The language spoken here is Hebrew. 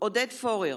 עודד פורר,